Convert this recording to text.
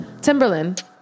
Timberland